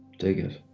dig it.